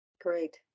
Great